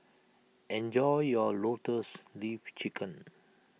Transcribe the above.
enjoy your Lotus Leaf Chicken